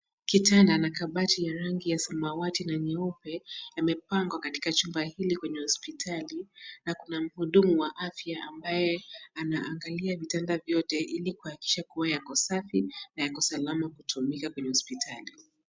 Kitanda na kabati ya rangi ya samawati na nyeupe yamepangwa katika chumba hili kwenye hospitali na kuna mhudumu wa afya ambaye anaangalia vitanda vyote ili kuhakikisha kuwa yako safi na yako salama kutumika kwenye hospitali.